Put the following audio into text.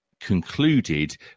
concluded